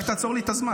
רק תעצור לי את הזמן.